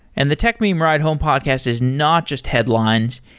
and the techmeme ride home podcast is not just headlines.